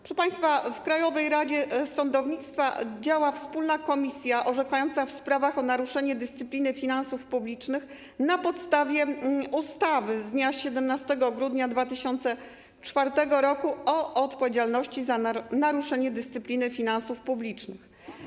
Proszę państwa, w Krajowej Radzie Sądownictwa działa wspólna komisja orzekająca w sprawach o naruszenie dyscypliny finansów publicznych na podstawie ustawy z dnia 17 grudnia 2004 r. o odpowiedzialności za naruszenie dyscypliny finansów publicznych.